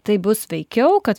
taip bus sveikiau kad